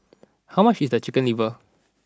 how much is the chicken liver